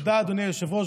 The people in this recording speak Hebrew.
תודה, אדוני היושב-ראש.